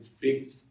big